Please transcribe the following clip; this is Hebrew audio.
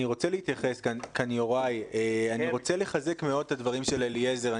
אני רוצה לחזק מאוד את הדברים של אליעזר בוך,